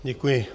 Děkuji.